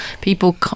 people